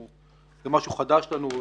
זה משהו חדש לנו,